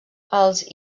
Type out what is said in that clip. els